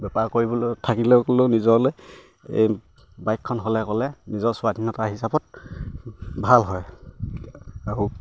বেপাৰ কৰিবলৈ থাকিলে ক'লেও নিজলে এই বাইকখন হ'লে ক'লে নিজৰ স্বাধীনতা হিচাপত ভাল হয় আৰু